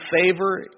favor